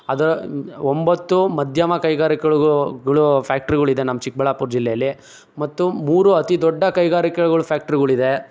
ಅದರ ಒಂಬತ್ತು ಮಧ್ಯಮ ಕೈಗಾರಿಕೆಗಳಿಗೂ ಗಳು ಫ್ಯಾಕ್ಟ್ರಿಗಳಿದೆ ನಮ್ಮ ಚಿಕ್ಕಬಳ್ಳಾಪುರ ಜಿಲ್ಲೆಯಲ್ಲಿ ಮತ್ತು ಮೂರು ಅತಿ ದೊಡ್ಡ ಕೈಗಾರಿಕೆಗಳು ಫ್ಯಾಕ್ಟ್ರಿಗಳಿದೆ